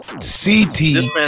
C-T